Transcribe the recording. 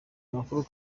makuru